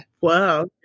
wow